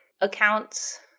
accounts